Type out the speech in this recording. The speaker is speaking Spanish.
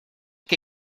que